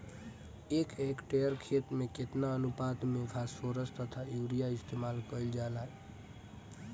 एक हेक्टयर खेत में केतना अनुपात में फासफोरस तथा यूरीया इस्तेमाल कईल जाला कईल जाला?